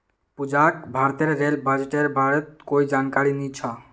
पूजाक भारतेर रेल बजटेर बारेत कोई जानकारी नी छ